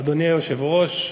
אדוני היושב-ראש,